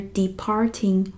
departing